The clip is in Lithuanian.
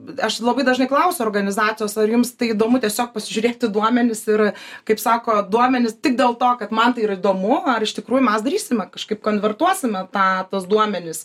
aš labai dažnai klausiu organizacijos ar jums tai įdomu tiesiog pasižiūrėt į duomenis ir kaip sako duomenis tik dėl to kad man tai yra įdomu ar iš tikrųjų mes darysime kažkaip konvertuosime tą tuos duomenis